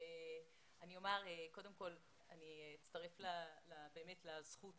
אני אצטרף לזכות